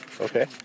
Okay